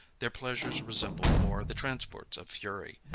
their pleasures resemble more the transports of fury,